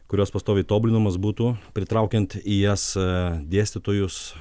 kurios pastoviai tobulinamos būtų pritraukiant į jas dėstytojus